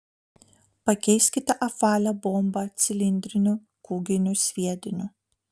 pakeiskite apvalią bombą cilindriniu kūginiu sviediniu